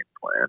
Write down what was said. plan